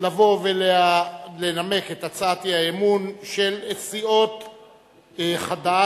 לבוא ולנמק את הצעת האי-אמון של סיעות חד"ש,